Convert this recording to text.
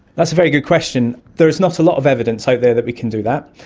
that's a very good question. there is not a lot of evidence out there that we can do that.